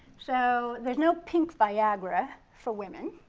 so there's no pink viagra for women,